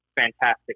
Fantastic